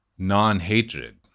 non-hatred